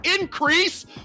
increase